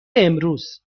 امروز